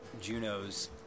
juno's